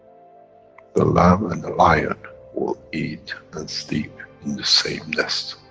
the lamb and the lion will eat and sleep in the same nest.